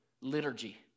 liturgy